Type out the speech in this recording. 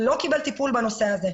לא קיבל טיפול בנושא הזה.